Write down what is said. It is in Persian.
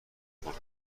خورد